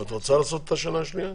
ואת רוצה לעשות את השנה השנייה?